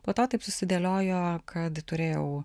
po to taip susidėliojo kad turėjau